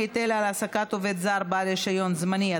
היטל על העסקת עובד זר בעל רישיון זמני),